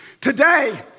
Today